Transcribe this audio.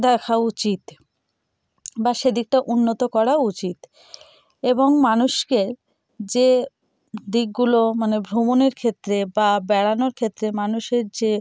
দেখা উচিত বা সেদিকটা উন্নত করা উচিত এবং মানুষকে যে দিকগুলো মানে ভ্রমণের ক্ষেত্রে বা বেড়ানোর ক্ষেত্রে মানুষের যে